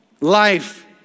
life